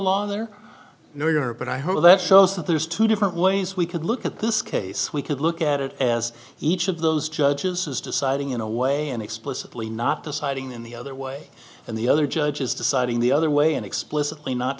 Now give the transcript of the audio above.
are but i hope that shows that there's two different ways we could look at this case we could look at it as each of those judges is deciding in a way and explicitly not deciding in the other way and the other judges deciding the other way and explicitly not